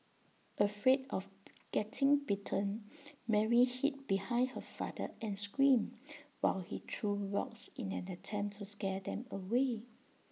afraid of getting bitten Mary hid behind her father and screamed while he threw rocks in an attempt to scare them away